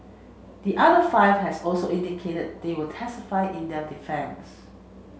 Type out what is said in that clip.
the other five has also indicated they will testify in their defence